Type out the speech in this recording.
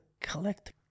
collect